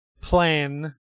plan